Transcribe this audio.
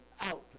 out